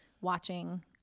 watching